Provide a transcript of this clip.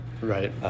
right